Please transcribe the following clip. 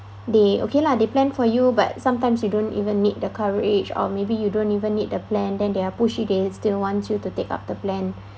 they okay lah they plan for you but sometimes you don't even need the coverage or maybe you don't even need a plan then they're pushy they still want you to take up the plan